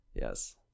yes